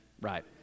Right